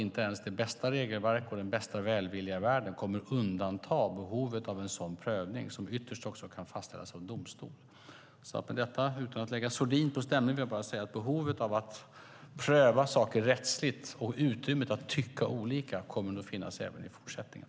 Inte ens det bästa regelverk och den bästa välvilja i världen kommer att undanta behovet av en sådan prövning, som ytterst kan fastställas av domstol. Utan att lägga sordin på stämningen vill jag säga att behovet av att pröva saker rättsligt och utrymmet att tycka olika kommer att finnas även i fortsättningen.